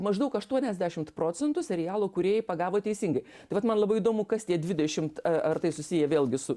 maždaug aštuoniasdešimt procentų serialo kūrėjai pagavo teisingai tai vat man labai įdomu kas tie dvidešimt ar tai susiję vėlgi su